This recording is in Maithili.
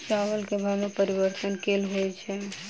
चावल केँ भाव मे परिवर्तन केल होइ छै?